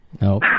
No